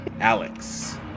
Alex